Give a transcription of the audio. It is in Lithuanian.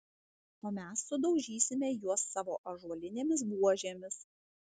o mes sudaužysime juos savo ąžuolinėmis buožėmis